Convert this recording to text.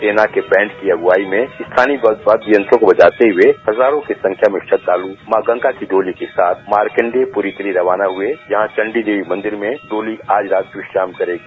सेना के बैंड की अगुवाई में स्थानीय वाद्य यंत्रों को बजाते हुए हजारों की संख्या में श्रद्धाल मां गंगा की डोली के साथ मारकंडे पूरी के लिए रवाना हुए जहां चंडीदेवी मंदिर में डोली आज रात विश्राम करेगी